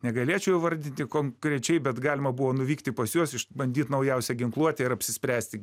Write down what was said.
negalėčiau įvardyti konkrečiai bet galima buvo nuvykti pas juos išbandyt naujausią ginkluotę ir apsispręsti